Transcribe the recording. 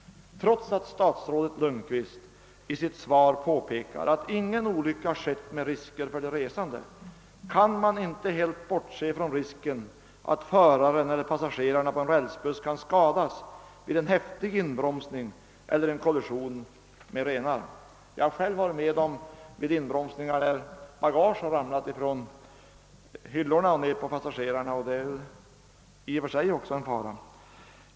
Trots att statsrådet Lundkvist i sitt svar påpekar att ingen olycka skett med risker för de resande kan man inte helt bortse från risken att föraren eller passagerarna på en rälsbuss kan skadas vid en häftig inbromsning eller en kollision med renarna. Jag har själv varit med om att bagage har ramlat från hyllorna ned på passagerarna, och det är också i och för sig en fara.